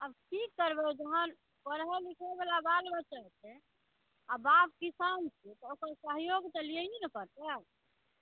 आब की करबै जखन पढ़ै लिखै वाला बालबच्चा छै आ बाप किसान छै तऽ ओ तऽ सहयोग तऽ लियैये ने पड़तै